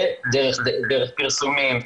דרך פרסומים,